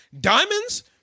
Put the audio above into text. diamonds